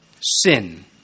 sin